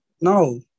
no